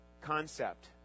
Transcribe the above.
concept